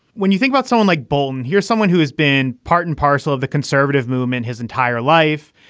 when you think about someone like bolton, here's someone who has been part and parcel of the conservative movement his entire life.